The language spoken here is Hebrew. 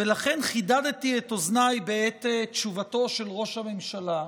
ולכן חידדתי את אוזניי בעת תשובתו של ראש הממשלה,